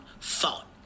thought